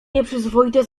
nieprzyzwoite